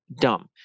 dumb